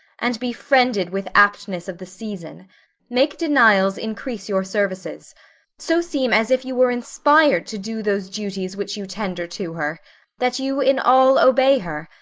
and be friended with aptness of the season make denials increase your services so seem as if you were inspir'd to do those duties which you tender to her that you in all obey her,